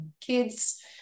kids